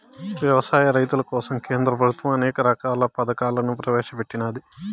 వ్యవసాయ రైతుల కోసం కేంద్ర ప్రభుత్వం అనేక రకాల పథకాలను ప్రవేశపెట్టినాది